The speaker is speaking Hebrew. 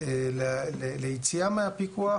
ליציאה מהפיקוח,